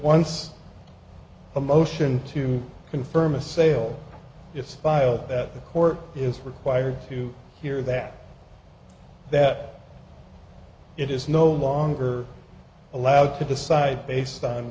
once a motion to confirm a sale it's a file that the court is required to hear that that it is no longer allowed to decide based on